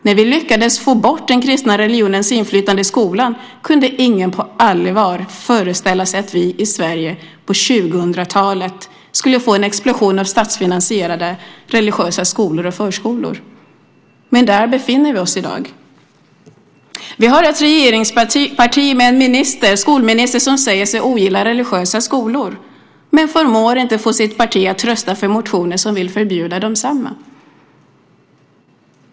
När vi lyckades få bort den kristna religionens inflytande i skolan kunde ingen på allvar föreställa sig att vi i Sverige på 2000-talet skulle få en explosion av statsfinansierade religiösa skolor och förskolor. Men där befinner vi oss i dag. Vi har ett regeringsparti med en skolminister som säger sig ogilla religiösa skolor. Men han förmår inte få sitt parti att rösta för motioner som vill förbjuda desamma.